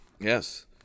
Yes